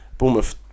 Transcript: Bournemouth